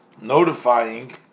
notifying